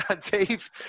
Dave